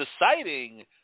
deciding